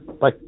Bye